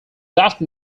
often